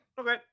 Okay